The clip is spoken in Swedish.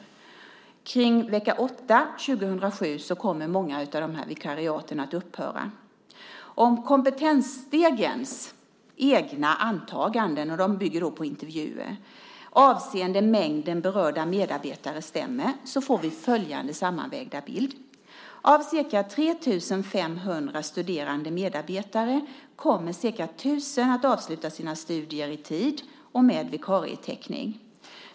Omkring vecka 8 år 2007 kommer många av dessa vikariat att upphöra. Om Kompetensstegens egna antaganden, som bygger på intervjuer, avseende mängden berörda medarbetare stämmer får vi följande sammanvägda bild: Av ca 3 500 studerande medarbetare kommer ca 1 000 att avsluta sina studier i tid och med vikarietäckning.